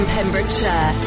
Pembrokeshire